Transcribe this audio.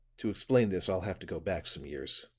to explain this i'll have to go back some years.